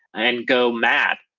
and go mad.